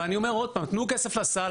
אני אומר עוד פעם, תנו כסף לסל.